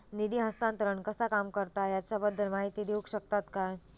निधी हस्तांतरण कसा काम करता ह्याच्या बद्दल माहिती दिउक शकतात काय?